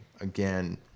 again